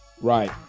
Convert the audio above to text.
right